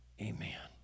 Amen